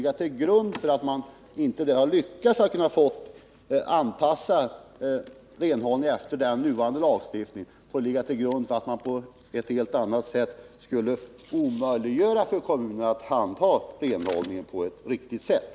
Att man där inte lyckats anpassa renhållningen efter den nuvarande lagstiftningen får emellertid inte ligga till grund för att vi skulle omöjliggöra för kommunen att handha renhållningen på ett riktigt sätt.